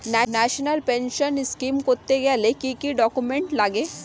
National pension scheme করতে গেলে কি কি ডকুমেন্ট লাগে?